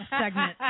segment